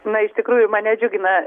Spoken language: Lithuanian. na iš tikrųjų mane džiugina